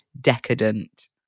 decadent